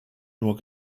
nur